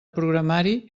programari